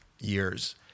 years